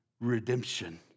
redemption